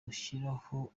gushyiraho